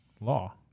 law